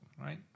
right